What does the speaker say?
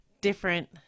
different